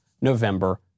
November